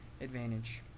advantage